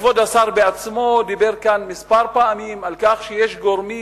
כבוד השר עצמו דיבר כאן פעמים מספר על כך שיש גורמים